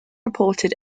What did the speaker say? reported